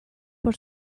por